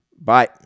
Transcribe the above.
Bye